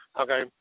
Okay